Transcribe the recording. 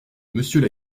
monsieur